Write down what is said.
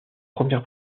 première